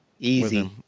easy